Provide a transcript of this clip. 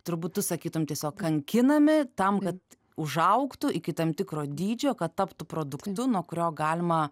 turbūt tu sakytum tiesiog kankinami tam kad užaugtų iki tam tikro dydžio kad taptų produktu nuo kurio galima